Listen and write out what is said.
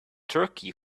turkey